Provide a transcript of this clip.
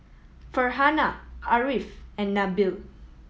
Farhanah Ariff and Nabil